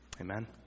Amen